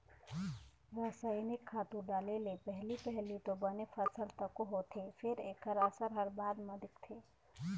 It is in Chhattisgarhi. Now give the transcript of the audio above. रसइनिक खातू डाले ले पहिली पहिली तो बने फसल तको होथे फेर एखर असर ह बाद म दिखथे